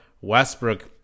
westbrook